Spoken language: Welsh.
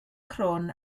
crwn